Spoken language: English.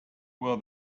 will